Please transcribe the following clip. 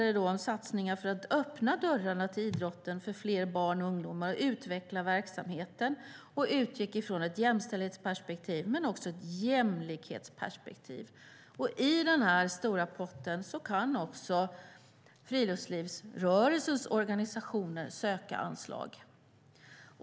Det gällde satsningar på att öppna dörrarna till idrotten för fler barn och ungdomar och att utveckla verksamheten. Det utgick dessutom från ett jämställdhetsperspektiv men också från ett jämlikhetsperspektiv. Ur den stora potten kan även friluftslivsrörelsens organisationer söka anslag.